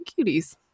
cuties